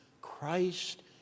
Christ